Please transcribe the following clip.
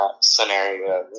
scenario